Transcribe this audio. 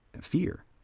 fear